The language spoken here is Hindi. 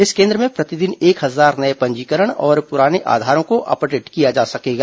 इस केन्द्र में प्रतिदिन एक हजार नये पंजीकरण और पुराने आधारों को अपडेट किया जा सकेगा